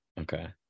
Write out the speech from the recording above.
Okay